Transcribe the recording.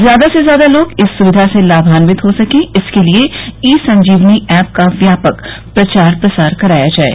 ज्यादा से ज्यादा लोग इस सुविधा से लाभान्वित हो सके इसके लिये ई संजीवनी ऐप का व्यापक प्रचार प्रसार कराया जाये